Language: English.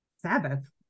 Sabbath